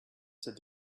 said